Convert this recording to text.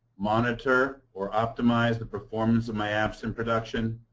monitor or optimize the performance of my apps in production,